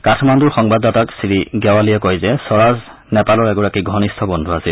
কাঠমাণ্ডুৰ সংবাদদাতাক শ্ৰী জ্ঞাৱালীয়ে কয় যে স্বৰাজ নেপালৰ এগৰাকী ঘনিষ্ঠ বন্ধু আছিল